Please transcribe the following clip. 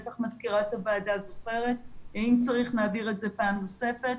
בטח מזכירת הוועדה זוכרת ואם צריך נעביר את זה פעם נוספת.